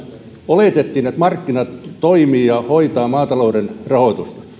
oletettiin että markkinat toimivat ja hoitavat maatalouden rahoitusta